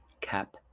cap